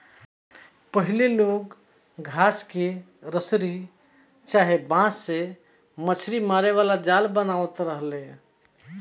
पहिले लोग घास के रसरी चाहे बांस से मछरी मारे वाला जाल बनावत रहले